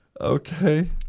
Okay